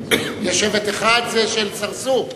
שבט אחד זה של צרצור,